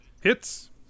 Hits